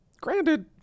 Granted